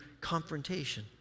confrontation